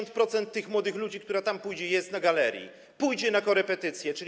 60–70% tych młodych ludzi, które tam idzie i jest na galerii, pójdzie na korepetycje.